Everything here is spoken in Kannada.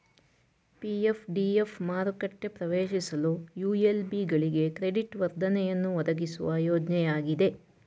ಪಿ.ಎಫ್ ಡಿ.ಎಫ್ ಮಾರುಕೆಟ ಪ್ರವೇಶಿಸಲು ಯು.ಎಲ್.ಬಿ ಗಳಿಗೆ ಕ್ರೆಡಿಟ್ ವರ್ಧನೆಯನ್ನು ಒದಗಿಸುವ ಯೋಜ್ನಯಾಗಿದೆ